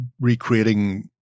recreating